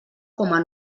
coma